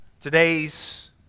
Today's